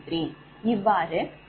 இவ்வாறு 1𝑑𝛿20